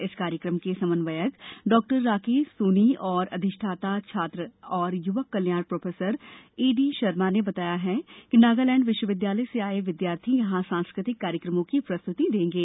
इस कार्यक्रम के समन्वयक डॉक्टर राकेश सोनी और अधिष्ठाता छात्र एवम युवक कल्याण प्रोफेसर ए डी शर्मा ने बताया नागालैंड विश्वविद्यालय से आये विद्यार्थी यहां सांस्कृतिक कार्यक्रमो की प्रस्तुति देंगे